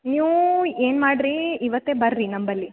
ನೀವು ಏನು ಮಾಡಿರಿ ಇವತ್ತೇ ಬನ್ರಿ ನಮ್ಮಲ್ಲಿ